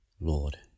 Lord